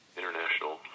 international